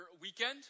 weekend